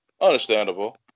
Understandable